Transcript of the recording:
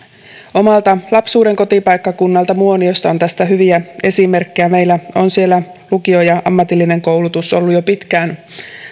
omalta lapsuuden kotipaikkakunnalta muoniosta on tästä hyviä esimerkkejä meillä on siellä lukio ja ammatillinen koulutus ollut jo pitkään